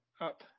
up